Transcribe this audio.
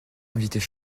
invitait